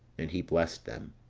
and he blessed them,